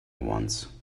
wants